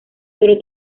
pero